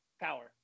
Power